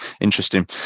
interesting